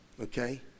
Okay